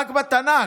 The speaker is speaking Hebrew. רק בתנ"ך,